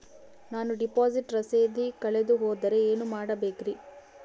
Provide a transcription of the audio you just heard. ನಾನು ಡಿಪಾಸಿಟ್ ರಸೇದಿ ಕಳೆದುಹೋದರೆ ಏನು ಮಾಡಬೇಕ್ರಿ?